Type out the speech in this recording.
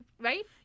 right